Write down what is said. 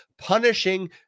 punishing